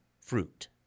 fruit